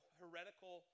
heretical